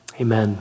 Amen